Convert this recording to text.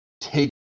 Take